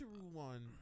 one